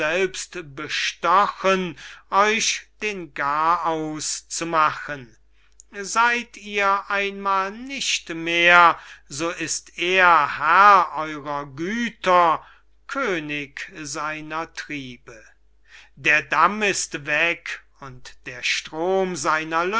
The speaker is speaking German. bestochen euch den garaus zu machen seyd ihr einmal nicht mehr so ist er herr eurer güter könig seiner triebe der damm ist weg und der strom seiner